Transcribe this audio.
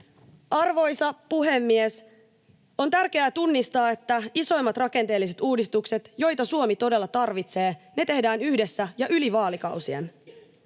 Arvoisa puhemies! On tärkeää tunnistaa, että isoimmat rakenteelliset uudistukset, joita Suomi todella tarvitsee, tehdään yhdessä ja yli vaalikausien.